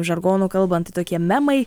žargonu kalbant tokie memai